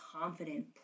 confident